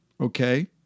Okay